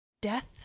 Death